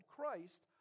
Christ